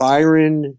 Byron